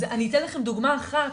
אני אתן לכם דוגמה אחת.